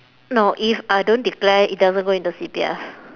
no if I don't declare it doesn't go into C_P_F